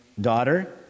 daughter